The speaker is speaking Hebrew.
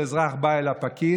כשאזרח בא אל הפקיד,